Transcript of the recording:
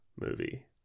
movie